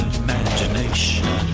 imagination